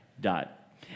dot